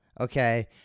okay